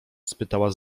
spytała